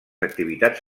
activitats